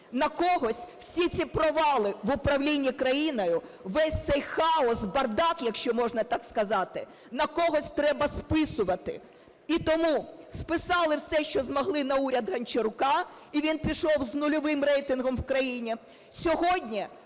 На когось всі ці провали в управлінні країною, весь цей хаос, бардак, якщо можна так сказати, на когось треба списувати. І тому списали все, що змогли, на уряд Гончарука, і він пішов з нульовим рейтингом в країні.